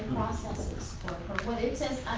processes for it says